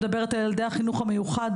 אני מדברת על ילדי החינוך המיוחד,